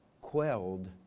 quelled